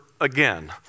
again